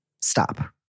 stop